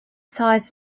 sides